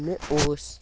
مےٚ اوس